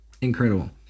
Incredible